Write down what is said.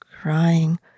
crying